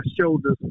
shoulders